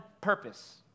purpose